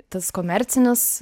tas komercinis